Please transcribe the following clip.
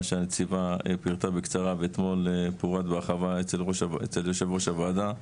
מה שהנציבה פירטה בקצרה ואתמול פורט בהרחבה אצל יושב-ראש הוועדה,